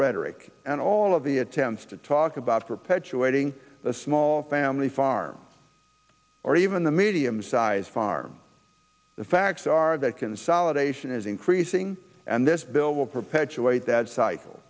rhetoric and all of the attempts to talk about perpetuating the small family farm or even the medium size farm the facts are that consolidation is increasing and this bill will perpetuate that cycle